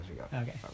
Okay